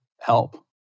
help